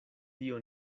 tio